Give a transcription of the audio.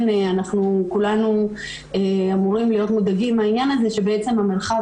אנחנו כולנו אמורים להיות מודאגים מהעניין הזה שבעצם המרחב